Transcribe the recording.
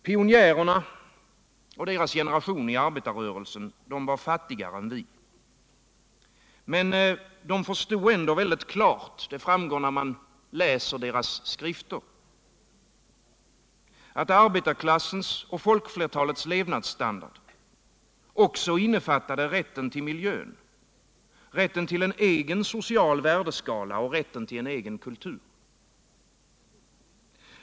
Pionjärerna och deras generation inom arbetarrörelsen var fattigare än vi, men de förstod ändå mycket väl — det framgår när man läser deras skrifter — att arbetarklassens och folkflertalets levnadsstandard också innefattade rätten till miljön, rätten till en egen social värdeskala och rätten till en egen kultur.